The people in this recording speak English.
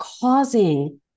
causing